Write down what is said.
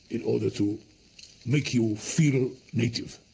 in order to make you feel native,